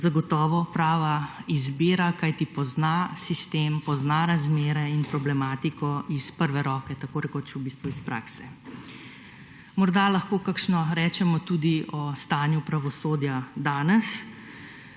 zagotovo prava izbira, kajti pozna sistem, razmere in problematiko iz prve roke tako rekoč v bistvu iz prakse. Morda lahko kakšno rečemo tudi o stanju pravosodja danes.